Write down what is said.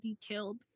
detailed